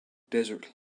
desert